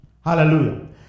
Hallelujah